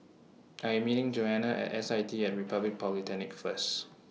I Am meeting Joanna At S I T At Republic Polytechnic First